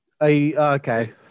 okay